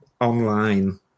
online